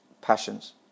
passions